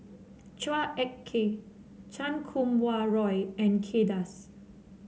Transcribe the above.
Chua Ek Kay Chan Kum Wah Roy and Kay Das